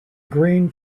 green